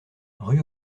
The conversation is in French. rue